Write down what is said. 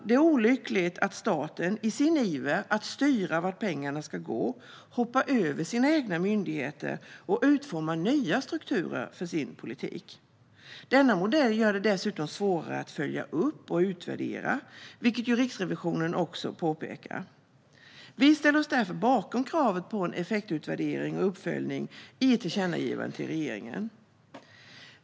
Det är olyckligt att staten i sin iver att styra vart pengarna ska gå hoppar över sina egna myndigheter och utformar nya strukturer för sin politik. Denna modell gör det dessutom svårare att följa upp och utvärdera, vilket Riksrevisionen påpekar. Vi ställer oss därför bakom kravet på en effektutvärdering och uppföljning i ett tillkännagivande till regeringen.